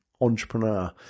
entrepreneur